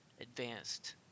advanced